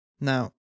Now